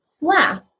Wow